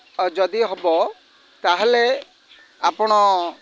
ଆଉ ଯଦି ହବ ତା'ହେଲେ ଆପଣ